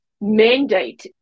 mandate